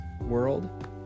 world